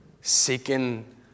seeking